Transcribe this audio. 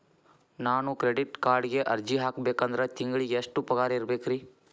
ನಾನು ಕ್ರೆಡಿಟ್ ಕಾರ್ಡ್ಗೆ ಅರ್ಜಿ ಹಾಕ್ಬೇಕಂದ್ರ ತಿಂಗಳಿಗೆ ಎಷ್ಟ ಪಗಾರ್ ಇರ್ಬೆಕ್ರಿ?